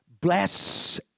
bless